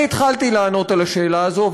אני התחלתי לענות על השאלה הזו,